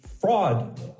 fraud